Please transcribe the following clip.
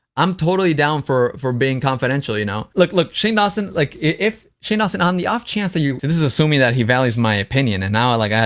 i'm totally down for for being confidential, you know? look look, shane dawson, like, if shane dawson, on the off chance that you this is assuming that he values my opinion and now i like have